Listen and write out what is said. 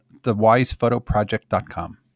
thewisephotoproject.com